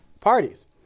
parties